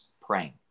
praying